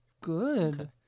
Good